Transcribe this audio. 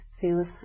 feels